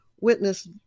witness